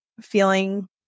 feeling